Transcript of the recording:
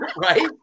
Right